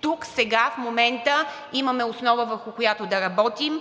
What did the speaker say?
Тук, сега, в момента имаме основа, върху която да работим,